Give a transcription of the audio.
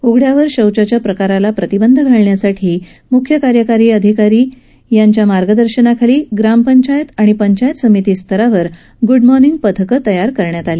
उघड़यावर शौचाच्या प्रकाराला प्रतिबंध घालण्यासाठी मुख्य कार्यकारी अधिकारी जलज शर्मा यांच्या मार्गदर्शनाखाली ग्रामपंचायत आणि पंचायत समिती स्तरावर ग्रडमॉर्निंग पथक तयार करण्यात आलं